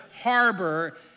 harbor